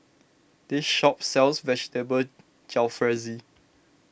this shop sells Vegetable Jalfrezi